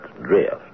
drift